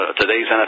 today's